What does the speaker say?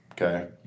Okay